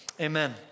amen